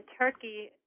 Turkey